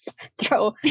throw